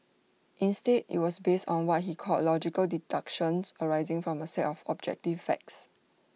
instead IT was based on what he called logical deductions arising from A set of objective facts